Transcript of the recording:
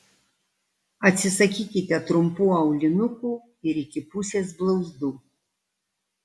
atsisakykite trumpų aulinukų ir iki pusės blauzdų